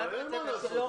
אבל אין מה לעשות.